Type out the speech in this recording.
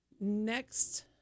next